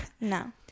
No